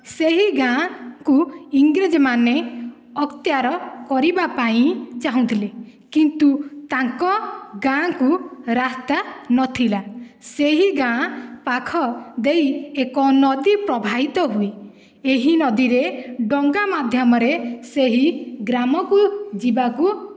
ସେହି ଗାଁକୁ ଇଂରେଜ୍ମାନେ ଅକ୍ତିଆର କରିବା ପାଇଁ ଚାହୁଁଥିଲେ କିନ୍ତୁ ତାଙ୍କ ଗାଁକୁ ରାସ୍ତା ନଥିଲା ସେହି ଗାଁ ପାଖ ଦେଇ ଏକ ନଦୀ ପ୍ରଭାହିତ ହୁଏ ଏହି ନଦୀରେ ଡଙ୍ଗା ମାଧ୍ୟମରେ ସେହି ଗ୍ରାମକୁ ଯିବାକୁ